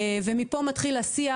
ומפה מתחיל השיח.